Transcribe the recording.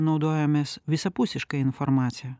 naudojamės visapusiška informacija